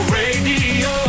radio